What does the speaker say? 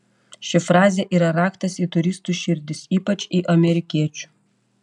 ši frazė yra raktas į turistų širdis ypač į amerikiečių